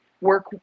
work